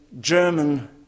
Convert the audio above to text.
German